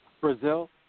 Brazil